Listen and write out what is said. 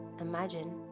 imagine